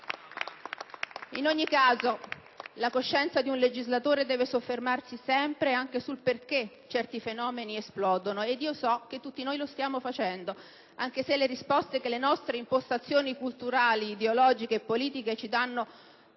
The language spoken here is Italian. In ogni caso, la coscienza di un legislatore deve soffermarsi sempre anche sul perché certi fenomeni esplodono ed io so che tutti noi lo stiamo facendo, anche se le risposte che le nostre impostazioni culturali, ideologiche e politiche ci danno